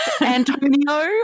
Antonio